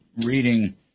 reading